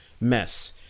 mess